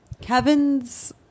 Kevin's